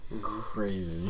Crazy